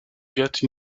get